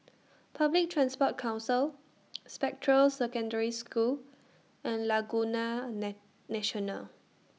Public Transport Council Spectra Secondary School and Laguna National